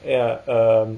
ya um